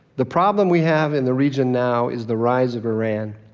the problem we have in the region now is the rise of iran.